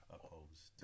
Opposed